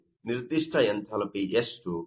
ನಿರ್ದಿಷ್ಟ ಎಂಥಾಲ್ಪಿ ಎಷ್ಟು